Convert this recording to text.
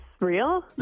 real